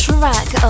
Track